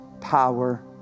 power